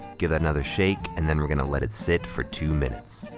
give that another shake, and then we're gonna let it sit for two minutes.